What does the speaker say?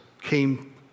came